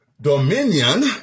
dominion